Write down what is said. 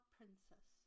Princess